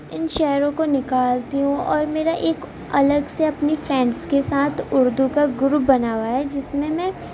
ان شعروں کو نکالتی ہوں اور میرا ایک الگ سے اپنی فینس کے ساتھ اردو کا گروپ بنا ہوا ہے جس میں میں